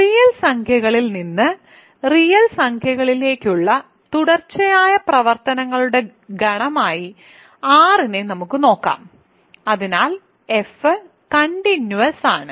real സംഖ്യകളിൽ നിന്ന് real സംഖ്യകളിലേക്കുള്ള തുടർച്ചയായ പ്രവർത്തനങ്ങളുടെ ഗണമായി R നെ നമുക്ക് നോക്കാം അതിനാൽ f കണ്ടിന്യൂസ് ആണ്